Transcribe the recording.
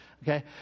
Okay